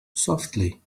softly